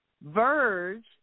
Verge